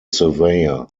surveyor